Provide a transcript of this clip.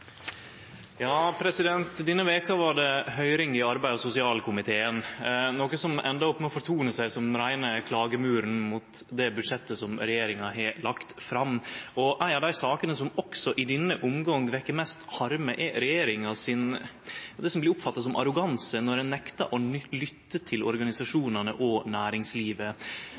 høyring i arbeids- og sosialkomiteen, noko som enda opp med å fortone seg som den reine klagemuren mot det budsjettet som regjeringa har lagt fram. Ei av dei sakene som også i denne omgang vekkjer mest harme, er det som blir oppfatta som arroganse frå regjeringa si side når ein nektar å lytte til organisasjonane og næringslivet,